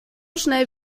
schnell